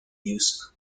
use